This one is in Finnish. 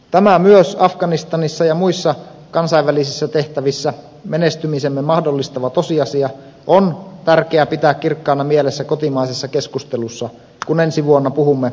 tämä myös afganistanissa ja muissa kansainvälisissä tehtävissä menestymisemme mahdollistava tosiasia on tärkeä pitää kirkkaana mielessä kotimaisessa keskustelussa kun ensi vuonna puhumme puolustusvoimauudistuksesta